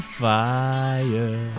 fire